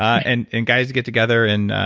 and and guys get together and,